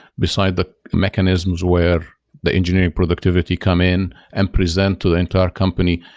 beside the mechanisms where the engineering productivity come in and present to the entire company,